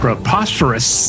preposterous